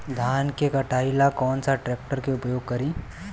धान के कटाई ला कौन सा ट्रैक्टर के उपयोग करी?